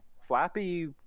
Flappy